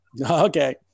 Okay